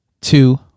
two